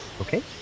Okay